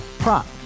Prop